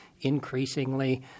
increasingly